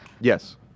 Yes